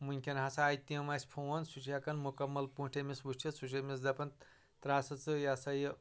وُنکیٚن ہسا آے تِم اسہِ فون سُہ چھِ ہٮ۪کان مُکمل پٲٹھۍ أمِس وٕچھِتھ سُہ چھِ أمِس دپان تراو سا ژٕ یہِ ہسا یہِ